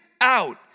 out